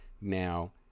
Now